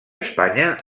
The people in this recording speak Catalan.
espanya